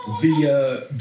via